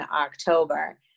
October